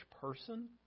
person